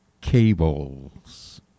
cables